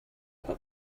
what